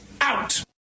out